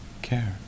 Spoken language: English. Care